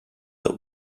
that